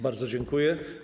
Bardzo dziękuję.